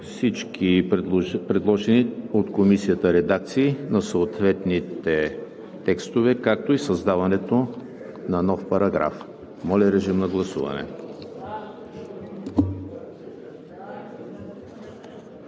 всички предложени от Комисията редакции на съответните текстове, както и създаването на нов параграф. Гласували